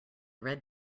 red